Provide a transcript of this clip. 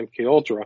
MKUltra